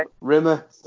Rimmer